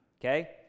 okay